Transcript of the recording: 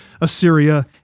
Assyria